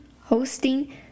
hosting